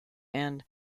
and